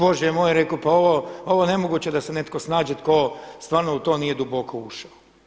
Bože moj reko pa ovo nemoguće da se netko snađe tko stvarno u to nije duboko ušao.